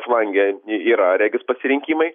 flange yra regis pasirinkimai